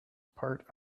part